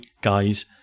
guys